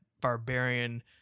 Barbarian